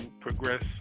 progress